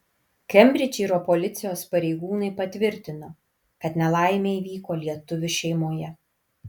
kembridžšyro policijos pareigūnai patvirtino kad nelaimė įvyko lietuvių šeimoje